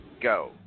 go